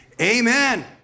Amen